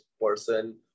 person